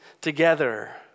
together